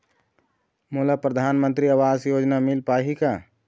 मोला परधानमंतरी आवास योजना मिल पाही का?